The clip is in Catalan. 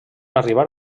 arribar